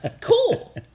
Cool